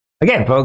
Again